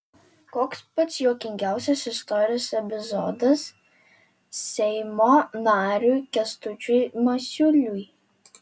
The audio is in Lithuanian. koks pats juokingiausias istorijos epizodas seimo nariui kęstučiui masiuliui